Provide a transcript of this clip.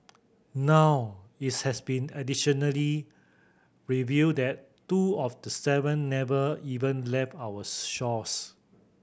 now it's has been additionally revealed that two of the seven never even left our shores